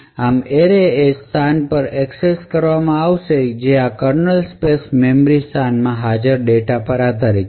આમ એરે એ સ્થાન પર એક્સેસ કરવામાં આવશે જે આ કર્નલ સ્પેસ મેમરી સ્થાનમાં હાજર ડેટા પર આધારિત છે